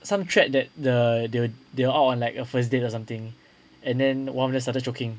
some thread that the they were they were out like a first date or something and then one of them started choking